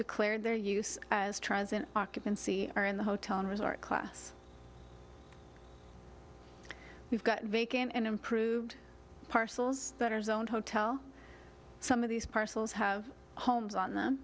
declared their use as transit occupancy or in the hotel and resort class we've got vacant and improved parcels bettors own hotel some of these parcels have homes on them